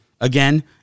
again